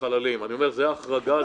זו ההחרגה.